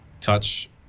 touch